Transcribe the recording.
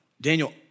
Daniel